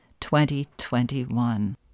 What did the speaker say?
2021